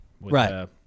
Right